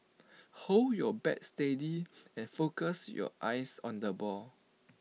hold your bat steady and focus your eyes on the ball